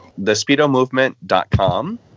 ThespeedoMovement.com